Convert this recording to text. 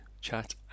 chat